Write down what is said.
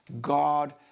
...God